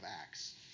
Acts